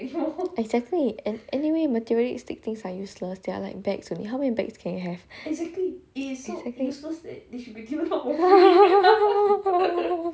exactly and anyway materialistic things are useless they are like bags only how many bags can you have exactly